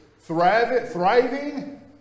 thriving